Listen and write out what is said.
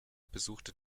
besuchte